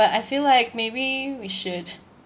but I feel like maybe we should